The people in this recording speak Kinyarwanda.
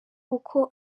uko